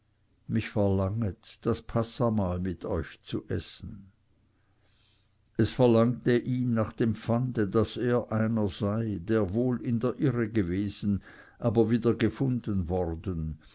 mich verlanget das passahmahl mit euch zu essen es verlangte ihn nach dem pfande daß er einer sei der wohl in der irre gewesen aber wieder gefunden worden